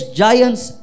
giants